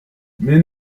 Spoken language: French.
mais